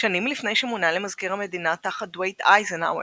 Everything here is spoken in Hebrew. שנים לפני שמונה למזכיר המדינה תחת דווייט אייזנהאואר,